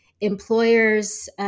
employers –